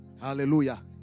Hallelujah